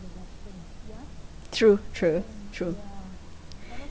true true true